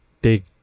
big